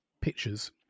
pictures